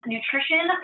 Nutrition